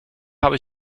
habe